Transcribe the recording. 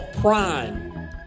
prime